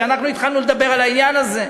כשאנחנו התחלנו לדבר על העניין הזה.